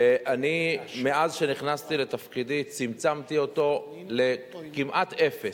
ומאז נכנסתי לתפקידי צמצמתי אותו כמעט לאפס.